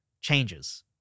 changes